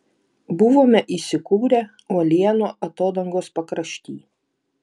buvome įsikūrę uolienų atodangos pakrašty